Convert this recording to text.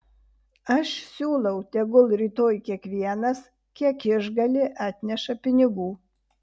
aš siūlau tegul rytoj kiekvienas kiek išgali atneša pinigų